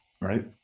right